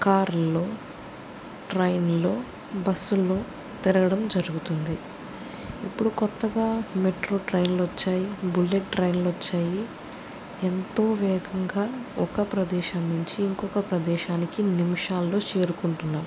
కారుల్లో ట్రైన్లో బస్సుల్లో తిరగడం జరుగుతుంది ఇప్పుడు కొత్తగా మెట్రో ట్రైన్లు వచ్చాయి బుల్లెట్ ట్రైన్లు వచ్చాయి ఎంతో వేగంగా ఒక ప్రదేశం నుంచి ఇంకొక ప్రదేశానికి నిమిషాల్లో చేరుకుంటున్నాం